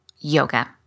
yoga